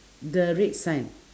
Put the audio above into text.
the red sign